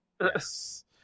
yes